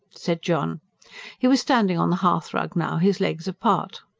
said john he was standing on the hearthrug now, his legs apart.